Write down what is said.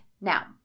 Now